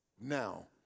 now